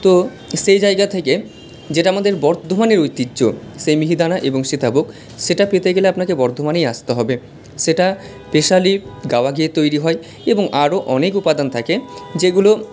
তো সেই জায়গা থেকে যেটা আমাদের বর্ধমানের ঐতিহ্য সেই মিহিদানা এবং সীতাভোগ সেটা পেতে গেলে আপনাকে বর্ধমানেই আসতে হবে সেটা স্পেশালি গাওয়া ঘিয়ের তৈরি হয় এবং আরও উপাদান থাকে যেগুলো